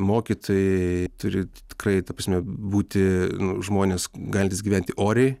mokytojai turi tikrai ta prasme būti žmonės galintys gyventi oriai